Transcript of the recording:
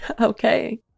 Okay